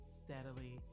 steadily